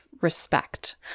respect